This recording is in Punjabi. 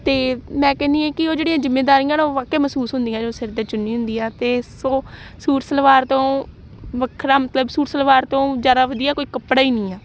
ਅਤੇ ਮੈਂ ਕਹਿੰਦੀ ਹਾਂ ਕਿ ਉਹ ਜਿਹੜੀਆਂ ਜ਼ਿੰਮੇਦਾਰੀਆਂ ਨਾ ਉਹ ਵਾਕਿਆ ਮਹਿਸੂਸ ਹੁੰਦੀਆਂ ਜਦੋਂ ਸਿਰ 'ਤੇ ਚੁੰਨੀ ਹੁੰਦੀ ਆ ਅਤੇ ਸੋ ਸੂਟ ਸਲਵਾਰ ਤੋਂ ਵੱਖਰਾ ਮਤਲਬ ਸੂਟ ਸਲਵਾਰ ਤੋਂ ਜ਼ਿਆਦਾ ਵਧੀਆ ਕੋਈ ਕੱਪੜਾ ਹੀ ਨਹੀਂ ਆ